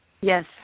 Yes